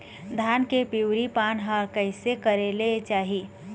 धान के पिवरी पान हर कइसे करेले जाही?